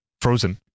frozen